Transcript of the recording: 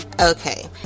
Okay